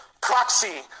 proxy